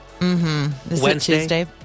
Wednesday